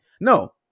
no